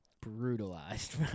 brutalized